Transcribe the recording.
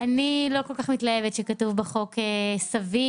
אני לא כל כך מתלהבת שכתוב בחוק סביר,